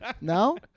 No